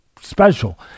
special